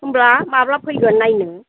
होनब्ला माब्ला फैगोन नायनो